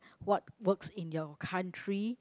what works in your country